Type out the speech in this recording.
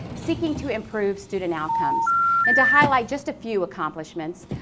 seeking to improve student outcomes and to highlight just a few accomplishments,